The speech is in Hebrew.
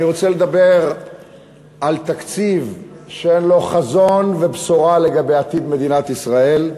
אני רוצה לדבר על תקציב שאין לו חזון ובשורה לגבי עתיד מדינת ישראל.